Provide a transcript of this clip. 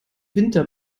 winter